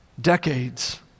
decades